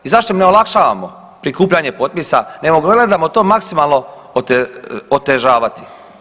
I zašto im ne olakšavamo prikupljanje potpisa nego gledamo to maksimalno otežavati.